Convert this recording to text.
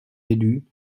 élus